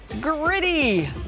Gritty